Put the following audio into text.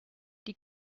die